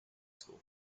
school